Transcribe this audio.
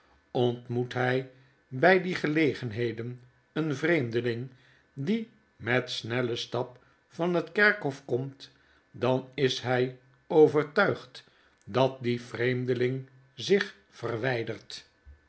ontmoet by by die gelegenheden een vreemdeling die met snellen stap van het kerkhof komt dan is hy overtuigd dat die vreemdeling zich verwydert